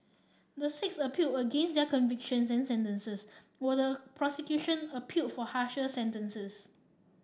the six appealed against their convictions and sentences while the prosecution appealed for harsher sentences